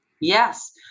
Yes